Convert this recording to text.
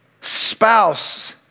Spouse